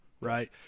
right